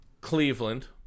Cleveland